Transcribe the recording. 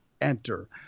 enter